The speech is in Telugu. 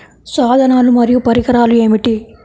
సాధనాలు మరియు పరికరాలు ఏమిటీ?